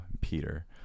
Peter